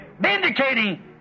Vindicating